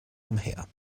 umher